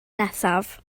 nesaf